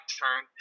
turn